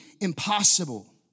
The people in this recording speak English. impossible